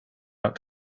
out